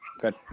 Good